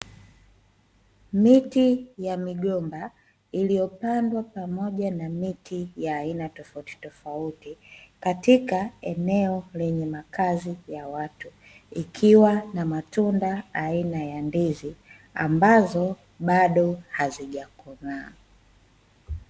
Miti ya migomba, iliyopandwa pamoja na miti ya aina tofauti tofauti, katika eneo lenye makazi ya watu, ikiwa na matunda aina ya ndizi ambazo bado hazijakomaa.